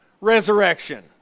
resurrection